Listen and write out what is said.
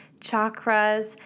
chakras